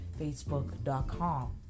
Facebook.com